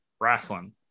wrestling